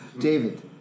David